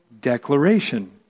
declaration